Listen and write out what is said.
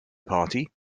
party